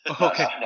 okay